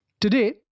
Today